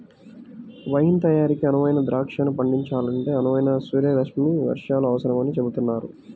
wine తయారీకి అనువైన ద్రాక్షను పండించాలంటే అనువైన సూర్యరశ్మి వర్షాలు అవసరమని చెబుతున్నారు